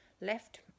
left